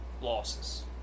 losses